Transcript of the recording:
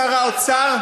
משר האוצר,